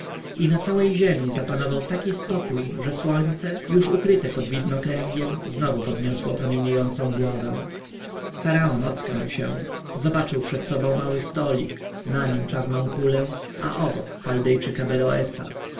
okręt i na całej ziemi zapanował taki spokój że słońce już ukryte pod widnokręgiem znowu podniosło promieniejącą głowę faraon ocknął się zobaczył przed sobą mały stolik na nim czarną kulę a obok chaldejczyka beroesa